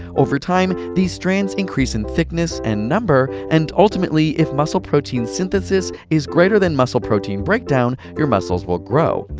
over time these strands increase in thickness and number and ultimately if muscle protein synthesis is greater than muscle protein breakdown your muscles will grow.